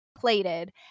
plated